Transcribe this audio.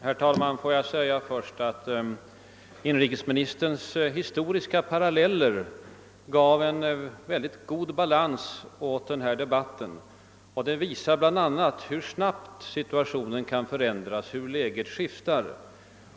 Herr talman! Inrikesministerns historiska paralleller gav en god balans åt debatten och visade hur snabbt situationen kan förändras och hur läget skiftar.